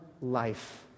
life